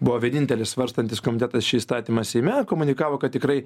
buvo vienintelis svarstantis komitetas šį įstatymą seime komunikavo kad tikrai